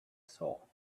saw